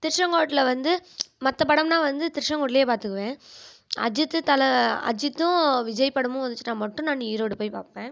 திருச்செங்கோட்டில் வந்து மற்ற படம்னால் வந்து திருச்செங்கோட்லியே பார்த்துக்குவேன் அஜித்து தலை அஜித்தும் விஜய் படமும் வந்துச்சுன்னா மட்டும் நான் ஈரோடு போய் பார்ப்பேன்